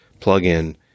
plugin